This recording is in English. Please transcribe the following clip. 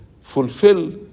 fulfill